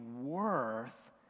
worth